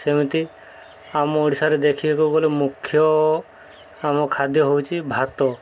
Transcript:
ସେମିତି ଆମ ଓଡ଼ିଶାରେ ଦେଖିବାକୁ ଗଲେ ମୁଖ୍ୟ ଆମ ଖାଦ୍ୟ ହେଉଛି ଭାତ